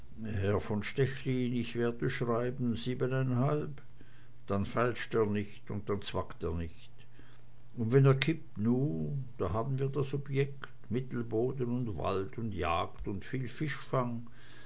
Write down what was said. herr von stechlin ich werde schreiben siebeneinhalb dann feilscht er nicht und dann zwackt er nicht und wenn er kippt nu da haben wir das objekt mittelboden und wald und jagd und viel fischfang